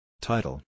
Title